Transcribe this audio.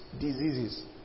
diseases